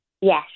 Yes